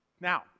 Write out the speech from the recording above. now